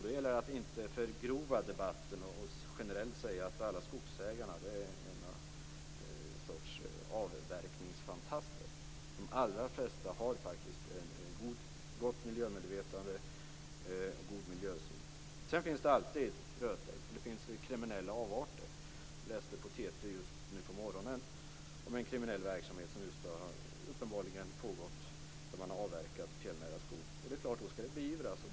Det gäller att inte förgrova debatten och generellt säga att alla skogsägare är något slags avverkningsfantaster. De allra flesta har faktiskt ett gott miljömedvetande och en god miljösyn. Sedan finns det alltid rötägg, och det finns kriminella avarter. Jag läste i TT nu på morgonen om en kriminell verksamhet som uppenbarligen har pågått. Man har avverkat fjällnära skog. Det är klart att det skall beivras.